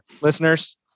listeners